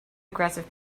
aggressive